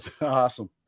awesome